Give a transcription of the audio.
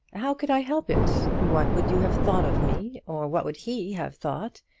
how could i help it? what would you have thought of me, or what would he have thought,